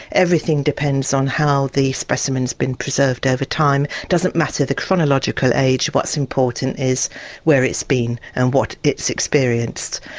everything depends on how the specimen has been preserved over time, it doesn't matter the chronological age, what's important is where it's been and what it's experienced.